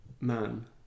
man